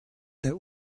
der